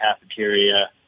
cafeteria